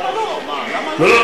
מה ההבדל?